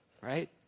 right